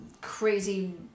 crazy